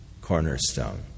cornerstone